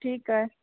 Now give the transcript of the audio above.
ठीकु आहे